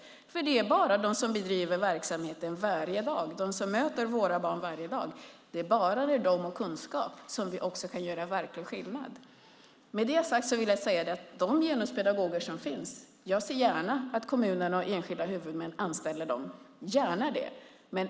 Det är bara genom att ge dem som bedriver verksamheten varje dag och som möter våra barn varje dag kunskap som vi också kan göra verklig skillnad. Med detta sagt vill jag säga att jag gärna ser att kommuner och enskilda huvudmän anställer de genuspedagoger som finns.